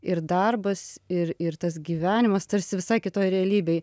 ir darbas ir ir tas gyvenimas tarsi visai kitoj realybėj